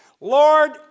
Lord